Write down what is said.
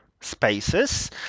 spaces